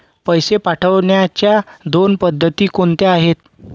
पैसे पाठवण्याच्या दोन पद्धती कोणत्या आहेत?